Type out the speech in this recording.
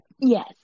Yes